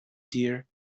dear